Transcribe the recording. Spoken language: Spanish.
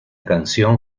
canción